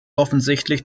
offensichtlich